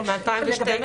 לא, מ-2012.